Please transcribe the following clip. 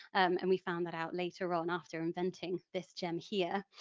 and we found that out later on after inventing this gem here,